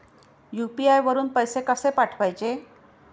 UPI वरून पैसे कसे पाठवायचे?